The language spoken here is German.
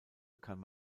kann